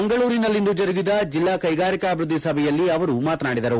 ಮಂಗಳೂರಿನಲ್ಲಿಂದು ಜರುಗಿದ ಜಿಲ್ಲಾ ಕೈಗಾರಿಕಾಭಿವೃದ್ದಿ ಸಭೆಯಲ್ಲಿ ಅವರು ಮಾತನಾಡಿದರು